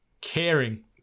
caring